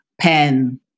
pen